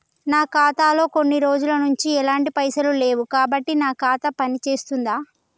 నా ఖాతా లో కొన్ని రోజుల నుంచి ఎలాంటి పైసలు లేవు కాబట్టి నా ఖాతా పని చేస్తుందా?